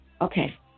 Okay